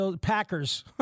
Packers